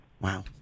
Wow